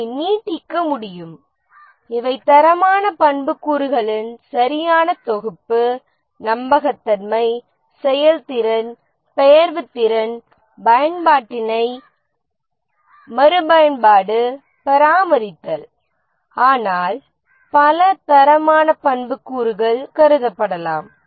அதை நீட்டிக்க முடியும் இவை தரமான பண்புக்கூறுகளின் சரியான தொகுப்பு நம்பகத்தன்மை செயல்திறன் பெயர்வுத்திறன் பயன்பாட்டினை மறுபயன்பாடு பராமரித்தல் ஆனால் பல தரமான பண்புக்கூறுகள் கருதப்படலாம்